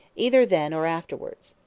either then or afterwards.